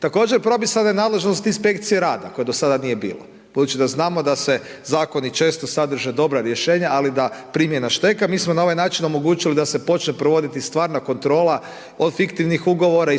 Također propisana je nadležnost inspekcije rada koje do sada nije bilo. Budući da znamo da zakoni često sadrže dobra rješenja ali da primjena šteka, mi smo na ovaj način omogućili da se počne provoditi stvarna kontrola od fiktivnih ugovora,